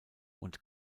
und